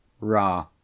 Ra